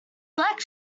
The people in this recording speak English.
black